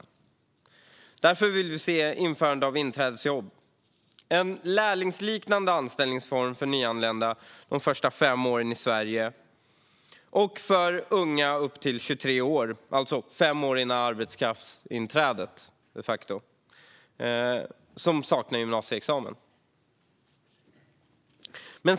Vi vill därför se ett införande av inträdesjobb, en lärlingsliknande anställningsform för nyanlända de fem första åren i Sverige och för unga upp till 23 år utan gymnasieexamen - alltså de facto fem år före arbetskraftsinträdet.